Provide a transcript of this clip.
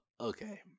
okay